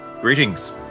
Greetings